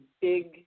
big